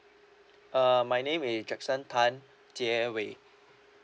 uh my name is jackson tan jie wei